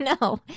No